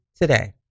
today